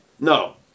No